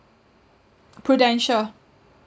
Prudential